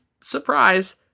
surprise